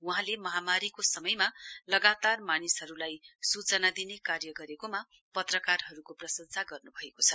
वहाँले महामारीको समयमा लगातार मानिसहरुलाई सूचना दिने कार्य गरेकोमा पत्रकारहरुको प्रशंसा गर्नुभएको छ